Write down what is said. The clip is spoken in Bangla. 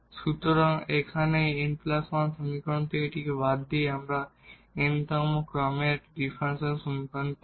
সুতরাং এখানে এই n 1 সমীকরণ থেকে এটিকে বাদ দিয়ে আমরা n তম ক্রমের একটি ডিফারেনশিয়াল সমীকরণ পাব